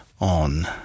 on